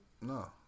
No